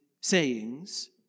sayings